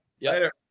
Later